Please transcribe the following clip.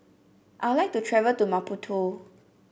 I would like to travel to Maputo